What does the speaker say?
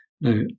Now